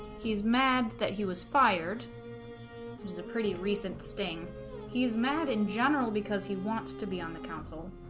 he's mad that he was fired it was a pretty recent sting he's mad in general because he wants to be on the council